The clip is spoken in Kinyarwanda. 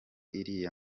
iriya